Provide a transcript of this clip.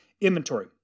inventory